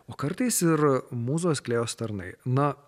o kartais ir mūzos klėjos tarnai na